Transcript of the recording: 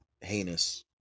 heinous